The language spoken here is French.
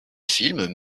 film